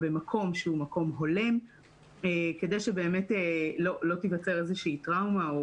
במקום הולם כדי שלא תיווצר טראומה.